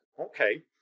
okay